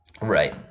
Right